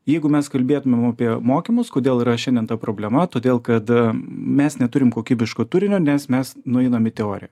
jeigu mes kalbėtumėm apie mokymus kodėl šiandien ta problema todėl kad mes neturim kokybiško turinio nes mes nueinam į teoriją